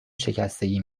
شکستگی